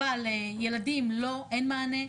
אבל לילדים אין מענה.